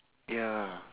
ya